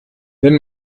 wenn